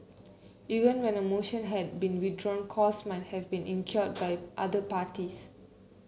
even when a motion had been withdrawn costs might have been incurred by other parties